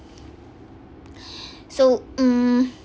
so mm